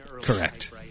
Correct